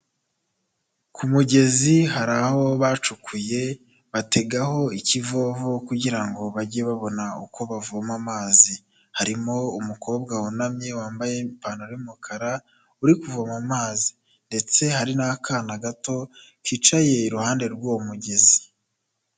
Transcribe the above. Ku mugezi hari aho bacukuye bategaho ikivovo kugira ngo bajye babona uko bavoma amazi, harimo umukobwa wunamye wambaye ipantaro y'umukara uri kuvoma amazi, ndetse hari n'akana gato kicaye iruhande rw'uwo mugezi.